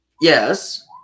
Yes